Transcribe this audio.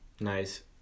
Nice